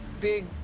big